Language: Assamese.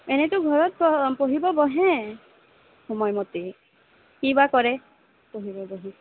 এনেতো ঘৰত পঢ়িব বহে সময়মতে কি বা কৰে পঢ়িব বহি